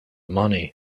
money